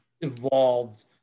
evolved